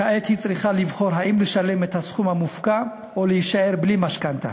כעת היא צריכה לבחור אם לשלם את הסכום המופקע או להישאר בלי משכנתה.